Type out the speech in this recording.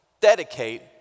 dedicate